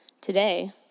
Today